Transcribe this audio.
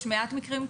יש מעט מקרים כאלו.